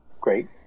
Great